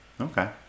okay